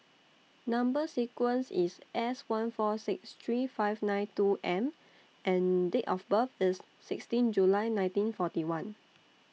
Number sequence IS S one four six three five nine two M and Date of birth IS sixteen July nineteen forty one